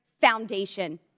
foundation